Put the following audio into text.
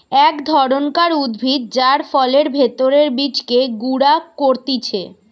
এক ধরণকার উদ্ভিদ যার ফলের ভেতরের বীজকে গুঁড়া করতিছে